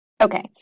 Okay